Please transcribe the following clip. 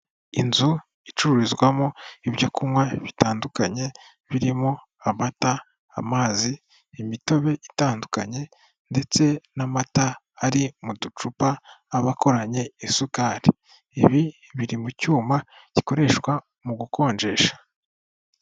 Inzu icururizwamo ibyo kunywa bitandukanye, birimo amata, amazi, imitobe itandukanye, ndetse n'amata ari mu ducupa, aba akoranye isukari, ibi biri mu cyuma gikoreshwa mu gukonjesha.